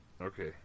Okay